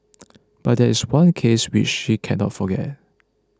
but there is one case which she cannot forget